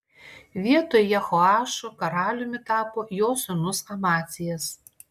vietoj jehoašo karaliumi tapo jo sūnus amacijas